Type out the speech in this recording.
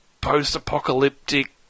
post-apocalyptic